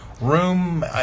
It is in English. room